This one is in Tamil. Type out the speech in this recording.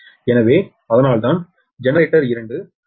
எனவே அதனால்தான் ஜெனரேட்டர் 2 அடிப்படை மின்னழுத்தம் 6